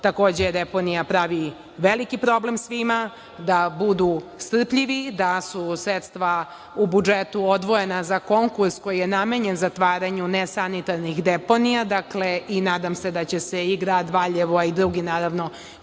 takođe deponija pravi veliki problem svima, da budu strpljivi, da su sredstva u budžetu odvojena za konkurs koji je namenjen zatvaranju nesanitarnih deponija i nadam se da će se i grad Valjevo, a i drugi koji